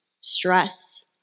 stress